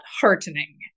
heartening